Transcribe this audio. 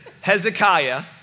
Hezekiah